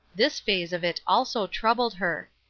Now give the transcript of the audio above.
this phase of it also troubled her.